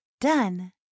done